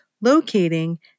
locating